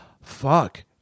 fuck